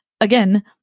again